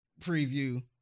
preview